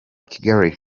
kigali